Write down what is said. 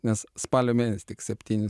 nes spalio mėnesį tik septyni